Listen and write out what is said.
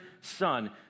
son